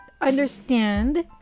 understand